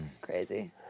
crazy